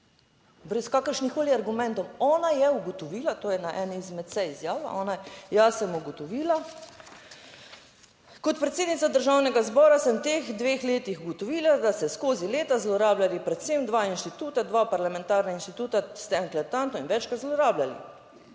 brez kakršnihkoli argumentov. Ona je ugotovila, to je na eni izmed sej izjavila ona, jaz sem ugotovila: Kot predsednica Državnega zbora sem v teh dveh letih ugotovila, da ste skozi leta zlorabljali predvsem dva inštituta, dva parlamentarna inštituta, ste enklatanto in večkrat zlorabljali.